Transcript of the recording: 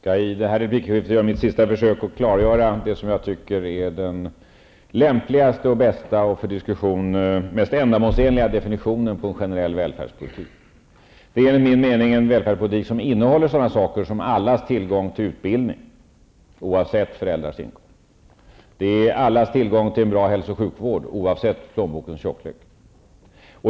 Herr talman! Jag skall i den här repliken göra mitt sista försök att klargöra det som jag tycker är den lämpligaste, den bästa och den mest ändamålsenliga definitionen på en generell välfärdspolitik. Det är enligt min mening en välfärdspolitik som innehåller sådana saker som allas tillgång till utbildning, oavsett föräldrarnas inkomster. Det är allas tillgång till en bra hälso och sjukvård, oavsett plånbokens tjocklek.